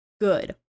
good